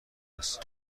است